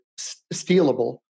stealable